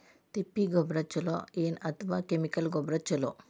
ತಿಪ್ಪಿ ಗೊಬ್ಬರ ಛಲೋ ಏನ್ ಅಥವಾ ಕೆಮಿಕಲ್ ಗೊಬ್ಬರ ಛಲೋ?